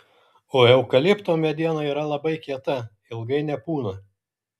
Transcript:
o eukalipto mediena yra labai kieta ilgai nepūna